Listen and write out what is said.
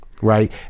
Right